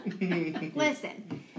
Listen